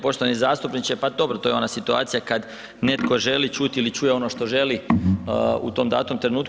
Poštovani zastupniče, pa dobro to je ona situacija kad netko želi čut ili čuje ono što želi u tom datom trenutku.